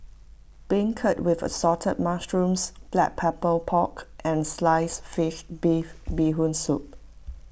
Beancurd with Assorted Mushrooms Black Pepper Pork and Sliced Fish beef Bee Hoon Soup